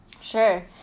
Sure